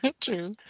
true